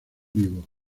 vivo